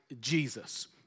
Jesus